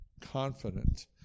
confident